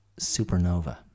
Supernova